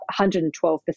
112%